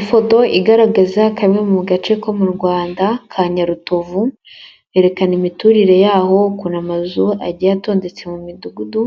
Ifoto igaragaza kamwe mu gace ko mu Rwanda ka Nyarutovu herekana imiturire yaho ukuntu amazu agiye atondetse mu midugudu,